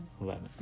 Eleven